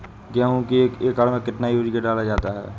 गेहूँ के एक एकड़ में कितना यूरिया डाला जाता है?